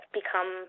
become